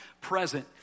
present